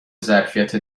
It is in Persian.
ظرفیت